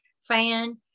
fan